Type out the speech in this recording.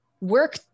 work